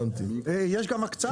יש גם הקצאה.